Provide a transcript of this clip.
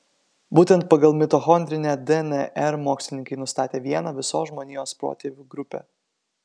būtent pagal mitochondrinę dnr mokslininkai nustatė vieną visos žmonijos protėvių grupę